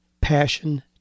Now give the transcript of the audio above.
passion